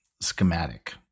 schematic